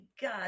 god